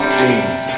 deep